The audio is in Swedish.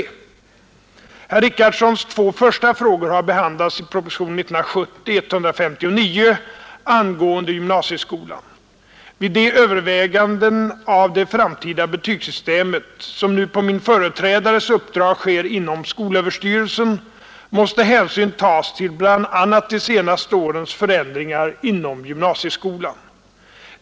Herr Richardsons två första fragor har behandlats i propositionen 159 är 1970 angäende gymnasieskolan. Vid de överväganden av det framtida betygssystemet som nu på min företrädares uppdrag sker inom skolöverstyrelsen mäste hänsyn tas till bl.a. de senaste årens förändringar inom gymnasieskolan.